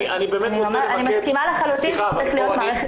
אני מסכימה שצריכה להיות מערכת.